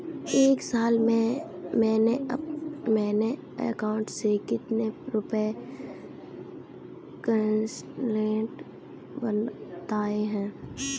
एक साल में मेरे अकाउंट से कितने रुपये कटेंगे बताएँ?